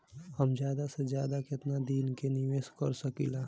हम ज्यदा से ज्यदा केतना दिन के निवेश कर सकिला?